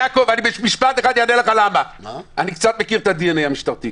אני קצת מכיר את ה-DNA המשטרתי,